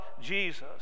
Jesus